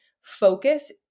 focus